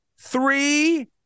three